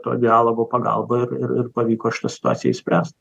to dialogo pagalba ir ir pavyko šitą situaciją išspręst